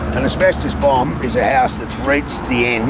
an asbestos bomb is a house that's reached the end